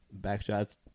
Backshots